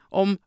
om